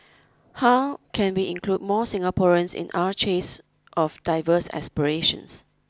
how can we include more Singaporeans in our chase of diverse aspirations